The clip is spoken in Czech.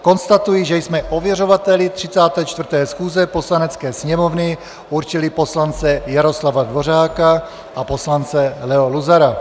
Konstatuji, že jsme ověřovateli 34. schůze Poslanecké sněmovny určili poslance Jaroslava Dvořáka a poslance Leo Luzara.